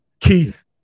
Keith